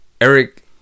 Eric